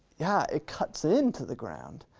yeah, it cuts into the ground.